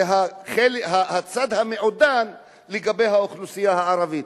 זה הצד המעודן לגבי האוכלוסייה הערבית.